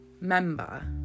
member